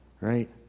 right